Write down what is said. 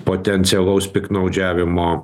potencialaus piktnaudžiavimo